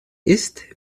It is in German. ist